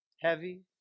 heavy